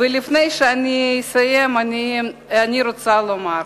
ולפני שאסיים אני רוצה לומר: